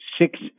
six